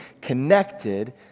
connected